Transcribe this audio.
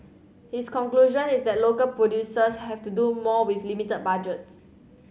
his conclusion is that local producers have to do more with limited budgets